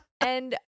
And-